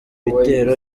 bitero